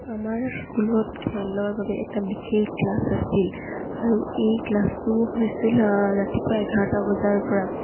আমাৰ স্কুলত খেলৰ বাবে এটা বিশেষ ক্লাছ আছিল আৰু এই ক্লাছটো হৈছিল ৰাতিপুৱা এঘাৰটা বজাৰ পৰা